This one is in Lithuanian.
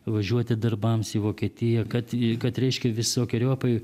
važiuoti darbams į vokietiją kad kad reiškia visokeriopai